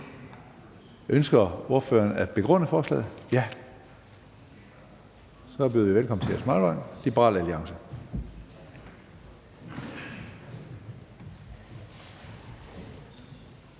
Ønsker ordføreren at begrunde forslaget? Så byder jeg velkommen til hr.